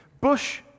bush